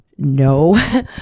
no